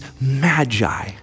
magi